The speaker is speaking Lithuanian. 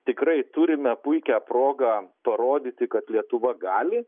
tikrai turime puikią progą parodyti kad lietuva gali